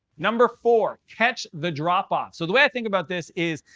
number four, catch the drop-off. so the way i think about this is,